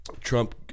Trump